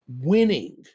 winning